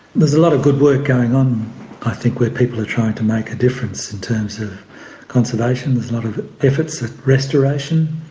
there's a lot of good work going on i think where people are trying to make a difference in terms of conservation. there's a lot of efforts at restoration.